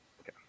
Okay